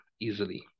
easily